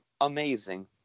amazing